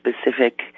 specific